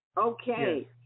Okay